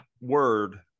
word